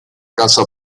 casa